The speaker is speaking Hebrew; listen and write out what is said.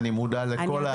אני מודע לכל.